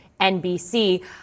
NBC